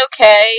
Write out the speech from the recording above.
okay